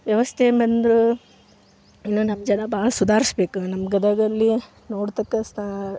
ವ್ಯವಸ್ಥೆ ಬಂದರೂ ಇನ್ನು ನಮ್ಮ ಜನ ಭಾಳ ಸುಧಾರಿಸ್ಬೇಕು ನಮ್ಮ ಗದಗದಲ್ಲಿ ನೋಡ್ತಕ್ಕ ಸ್ತ